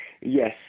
Yes